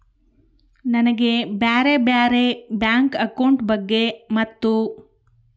ನನಗೆ ಬ್ಯಾರೆ ಬ್ಯಾರೆ ಬ್ಯಾಂಕ್ ಅಕೌಂಟ್ ಬಗ್ಗೆ ಮತ್ತು?